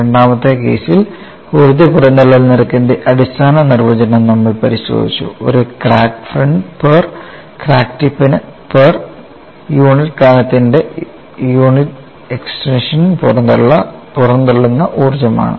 രണ്ടാമത്തെ കേസിൽ ഊർജ്ജ പുറന്തള്ളൽ നിരക്കിന്റെ അടിസ്ഥാന നിർവചനം നമ്മൾ പരിശോധിച്ചു ഒരു ക്രാക്ക് ഫ്രണ്ട് പെർ ക്രാക്ക് ടിപ്പിന് പെർ യൂണിറ്റ് കനത്തിൻറെ യൂണിറ്റ് എക്സ്റ്റൻഷന് പുറന്തള്ളുന്ന ഊർജമാണ്